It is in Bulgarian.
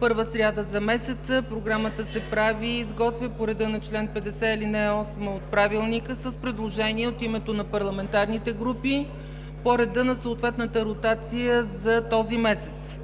Първа сряда за месеца – Програмата се прави и изготвя по реда на чл. 50, ал. 8 от Правилника с предложения от името на парламентарните групи по реда на съответната ротация за този месец.